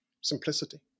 simplicity